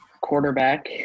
quarterback